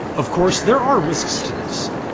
of course, there are risks to this.